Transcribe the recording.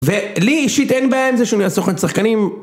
ולי אישית אין בהם, זה שהוא נהיה סוכן שחקנים.